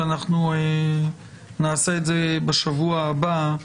שאנחנו נעשה את זה בשבוע הבא,